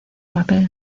papel